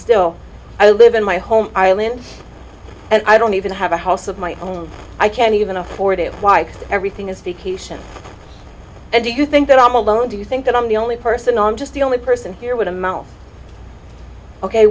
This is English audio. still i live in my home island and i don't even have a house of my own i can't even afford it why everything is and do you think that i'm alone do you think that i'm the only person on just the only person here with a mouth ok